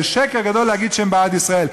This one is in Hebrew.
זה שקר גדול להגיד שהם בעד ישראל.